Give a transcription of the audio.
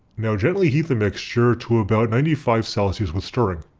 now gently heat the mixture to about ninety five celsius with stirring.